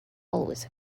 always